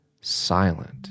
silent